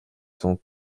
sont